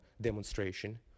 demonstration